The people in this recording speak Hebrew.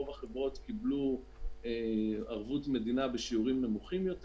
רוב החברות קיבלו ערבות מדינה בשיעורים נמוכים יותר.